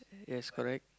yes correct